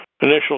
initial